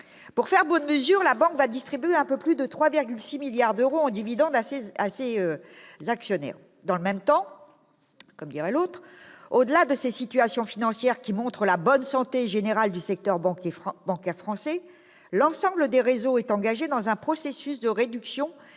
Pour faire bonne mesure, la banque va distribuer un peu plus de 3,6 milliards d'euros en dividende à ses actionnaires. Dans le même temps, comme dirait l'autre, au-delà de ces situations financières qui montrent la bonne santé générale du secteur bancaire français, l'ensemble des réseaux est engagé dans un processus de réduction des